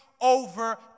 over